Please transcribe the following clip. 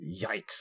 yikes